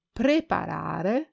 preparare